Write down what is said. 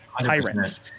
tyrants